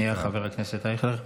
שנייה, חבר הכנסת אייכלר.